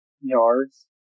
yards